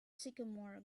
sycamore